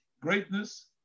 greatness